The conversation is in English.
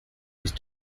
use